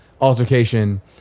altercation